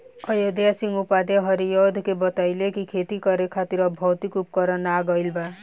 अयोध्या सिंह उपाध्याय हरिऔध के बतइले कि खेती करे खातिर अब भौतिक उपकरण आ गइल बा